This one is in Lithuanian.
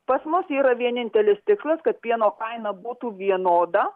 pas mus yra vienintelis tikslas kad pieno kaina būtų vienoda